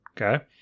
Okay